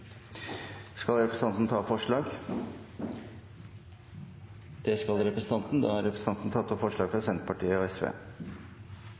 Skal representanten ta opp forslag? – Det skal representanten. Da har representanten Heidi Greni tatt opp forslagene fra